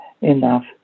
enough